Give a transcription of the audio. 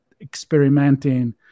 experimenting